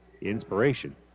inspiration